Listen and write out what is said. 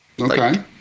okay